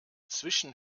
zwischen